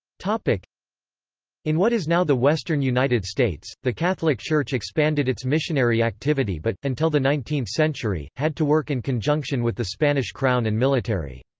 in what is now the western united states, the catholic church expanded its missionary activity but, until the nineteenth century, had to work in conjunction with the spanish crown and military.